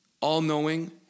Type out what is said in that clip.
all-knowing